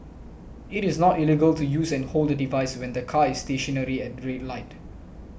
it is not illegal to use and hold a device when the car is stationary at the red light